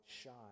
shine